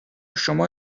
شما